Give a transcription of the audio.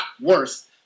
worse